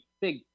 big